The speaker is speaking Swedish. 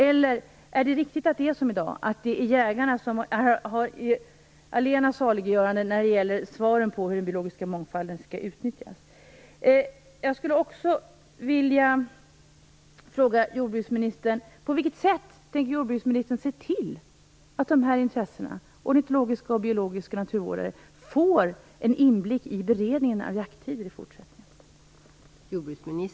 Eller är det rätt att jägarna, som i dag, är allena saliggörande när det gäller svaren på hur den biologiska mångfalden skall utnyttjas?